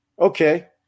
okay